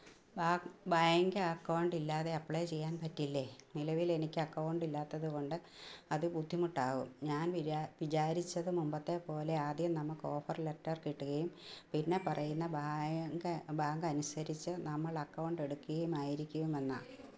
ബാ ബാങ്ക് അക്കൗണ്ടില്ലാതെ അപ്ലൈ ചെയ്യാൻ പറ്റില്ലേ നിലവിലെനിക്കക്കൗണ്ടില്ലാത്തതുകൊണ്ട് അതു ബുദ്ധിമുട്ടാകും ഞാൻ വിചാ വിചാരിച്ചത് മുൻപത്തെപ്പോലെ ആദ്യം നമുക്ക് ഓഫർ ലെറ്റർ കിട്ടുകയും പിന്നെ പറയുന്ന ബാങ്ക് ബാങ്ക് അനുസരിച്ച് നമ്മളക്കൗണ്ടെടുക്കുകയും ആയിരിക്കും എന്നാണ്